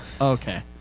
Okay